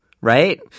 right